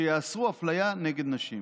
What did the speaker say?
אשר יאסרו אפליה נגד נשים.